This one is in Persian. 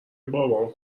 بابام